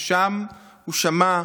ששם הוא שמע,